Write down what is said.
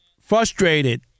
frustrated